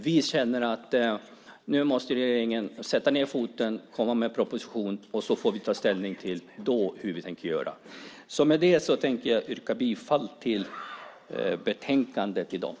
Vi känner att regeringen nu måste sätta ned foten och komma med en proposition. Därefter får vi ta ställning till hur vi tänker göra. Med det tänker jag yrka bifall till förslagen i dagens betänkande.